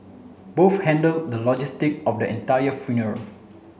both handled the logistic of the entire funeral